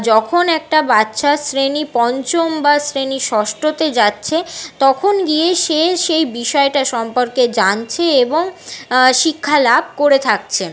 যখন একটা বাচ্চা শ্রেণী পঞ্চম বা শ্রেণী ষষ্ঠতে যাচ্ছে তখন গিয়ে সে সেই বিষয়টা সম্পর্কে জানছে এবং শিক্ষা লাভ করে থাকছে